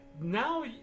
now